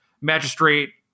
magistrate